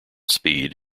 speed